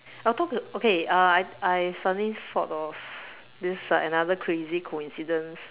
I thought of okay uh I I suddenly thought of this uh another crazy coincidence